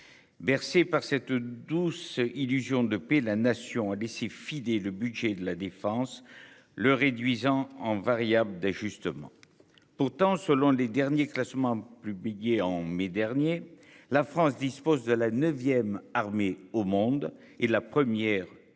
Bercer par cette douce illusion de paix la nation a laissé filer le budget de la défense le réduisant en variable d'ajustement. Pourtant, selon les derniers classements publiés en mai dernier, la France dispose de la 9ème armée au monde et la première dans